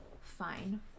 fine